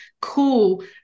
cool